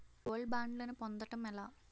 Gold బ్యాండ్లను పొందటం ఎలా?